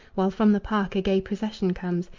while from the park a gay procession comes,